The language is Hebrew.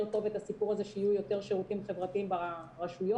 טוב את זה שיהיו יותר שירותים חברתיים ברשויות.